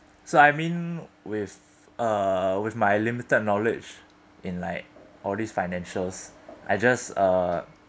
so I mean with uh with my limited knowledge in like all these financials I just uh